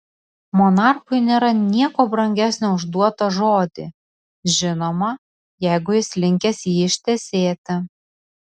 monarchui nėra nieko brangesnio už duotą žodį žinoma jeigu jis linkęs jį ištesėti